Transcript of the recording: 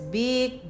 big